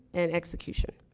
and execution.